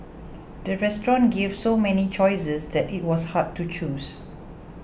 the restaurant gave so many choices that it was hard to choose